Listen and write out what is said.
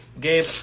Gabe